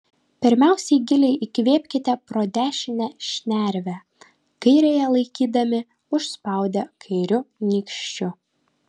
pirmiausia giliai įkvėpkite pro dešinę šnervę kairiąją laikydami užspaudę kairiu nykščiu